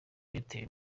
airtel